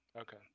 Okay